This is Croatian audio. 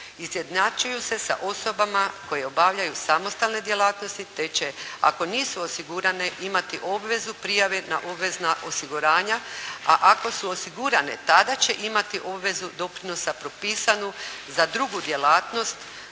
izjednačuju se sa osobama koje obavljaju samostalne djelatnosti te će ako nisu osigurane imati obvezu prijave na obvezna osiguranja. A ako su osigurane tada će imati obvezu doprinosa propisanu za drugu djelatnost